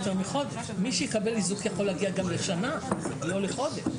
מי שיקבל איזוק, יכול להגיע גם לשנה ולא לחודש.